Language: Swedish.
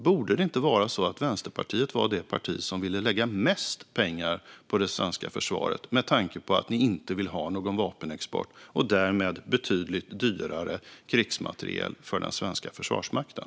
Borde inte det vara så att Vänsterpartiet är det parti som vill lägga mest pengar på det svenska försvaret, med tanke på att ni inte vill ha någon vapenexport och därmed betydligt dyrare krigsmateriel för den svenska Försvarsmakten?